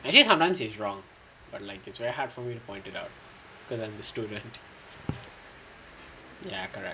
actually sometimes he is wrong but like it's very hard for me to point it out because I'm a student ya correct